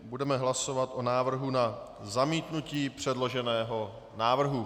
Budeme hlasovat o návrhu na zamítnutí předloženého návrhu.